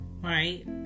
Right